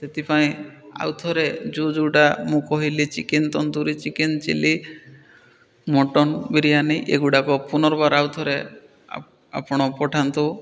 ସେଥିପାଇଁ ଆଉ ଥରେ ଯେଉଁ ଯେଉଁଟା ମୁଁ କହିଲି chicken tandoor chicken chilli mutton biryani ଏଗୁଡ଼ାକ ପୁନର୍ବାର ଆଉ ଥରେ ଆପଣ ପଠାନ୍ତୁ